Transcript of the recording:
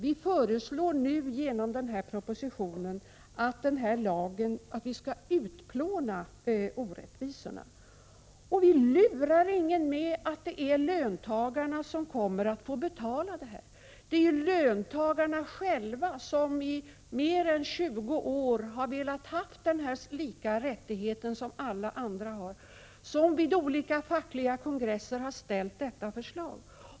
Vi föreslår nu i propositionen att orättvisorna skall utplånas. Vi lurar ingen när det gäller det förhållandet att löntagarna kommer att få betala det här. Det är ju löntagarna själva som i mer än 20 års tid velat ha denna lika rättighet för alla. Man har vid olika fackliga kongresser ställt detta förslag.